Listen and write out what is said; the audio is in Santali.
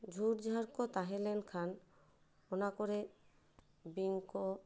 ᱡᱷᱩᱲ ᱡᱷᱟᱲ ᱠᱚ ᱛᱟᱦᱮᱸ ᱞᱮᱱ ᱠᱷᱟᱱ ᱚᱱᱟ ᱠᱚᱨᱮᱫ ᱵᱤᱧ ᱠᱚ